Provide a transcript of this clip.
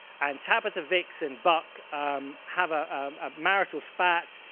and tabitha vixx and buck have a marital spat.